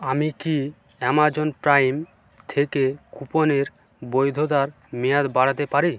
আমি কি Amazon Prime থেকে কুপনের বৈধতার মেয়াদ বাড়াতে পারি